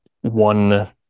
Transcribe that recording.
one